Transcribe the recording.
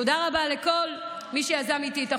תודה רבה לכל מי שיזם איתי את החוק,